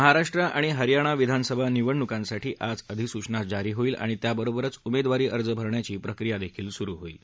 महाराष्ट्र आणि हरयाणा विधानसभा निवडणुकांसाठी आज अधिसूचना जारी होईल आणि त्याबरोबरच उमेदवारी अर्ज भरण्याची प्रक्रियाही सुरु होईल